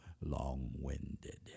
long-winded